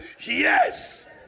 Yes